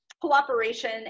cooperation